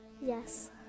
Yes